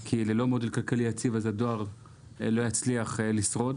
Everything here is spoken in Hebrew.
כי ללא מודל כלכלי יציב הדואר לא יצליח לשרוד.